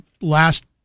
last